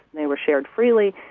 they were shared freely.